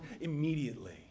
immediately